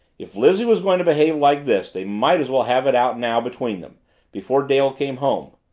if lizzie was going to behave like this, they might as well have it out now between them before dale came home.